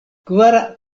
kvara